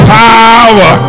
power